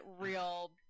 real